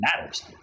matters